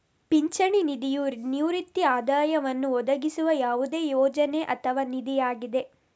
ಪಿಂಚಣಿ ನಿಧಿಯು ನಿವೃತ್ತಿ ಆದಾಯವನ್ನು ಒದಗಿಸುವ ಯಾವುದೇ ಯೋಜನೆ ಅಥವಾ ನಿಧಿಯಾಗಿದೆ